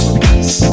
peace